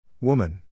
Woman